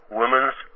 women's